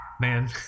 man